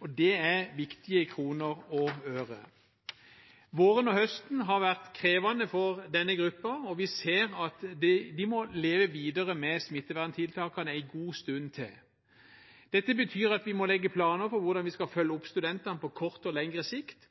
og det er viktige kroner og ører. Våren og høsten har vært krevende for denne gruppen, og vi ser at de må leve videre med smitteverntiltakene en god stund til. Dette betyr at vi må legge planer for hvordan vi skal følge opp studentene på kort og lengre sikt